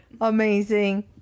Amazing